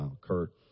Kurt